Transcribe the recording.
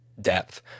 depth